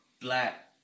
black